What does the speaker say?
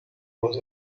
was